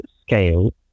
scale